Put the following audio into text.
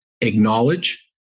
Acknowledge